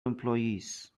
employees